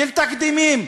של תקדימים,